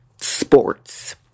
sports